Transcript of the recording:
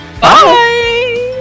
Bye